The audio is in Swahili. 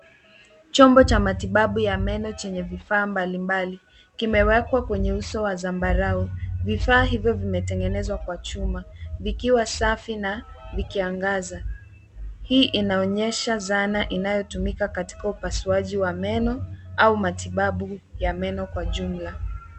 Chombo cha matibabu ya meno chenye vifaa mbalimbali kimewekwa kwenye uso wa zambarau. Vifaa hivyo vimetengenezwa kwa chuma vikiwa safi na vikiangaza. Hii inaonyesha zana inayotumika katika upasuaji wa maneo au matibabu ya meno kwa jumla.